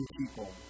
people